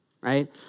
right